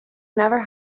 never